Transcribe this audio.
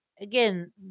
again